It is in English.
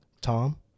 Tom